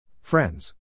Friends